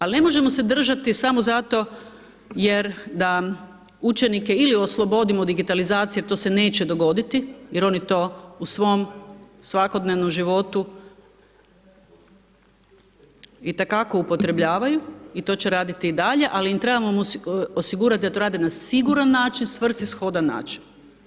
Ali, ne možemo se držati samo zato jer da učenike ili oslobodimo digitalizacije jer to se neće dogoditi jer oni to u svom svakodnevnom životu itekako upotrebljavaju i to će raditi dalje, ali trebamo im osigurati da to rade na siguran način, svrsishodan način.